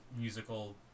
musical